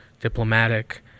diplomatic